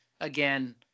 again